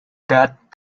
that